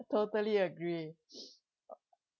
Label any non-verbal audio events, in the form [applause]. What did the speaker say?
I totally agree [noise]